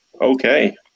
okay